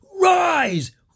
Rise